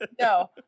No